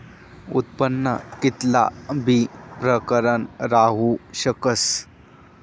उत्पन्न कित्ला बी प्रकारनं राहू शकस